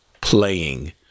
playing